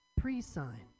Pre-sign